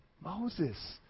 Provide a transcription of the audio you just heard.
Moses